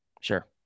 Sure